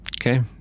Okay